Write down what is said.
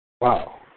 Wow